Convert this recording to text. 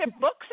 books